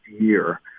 year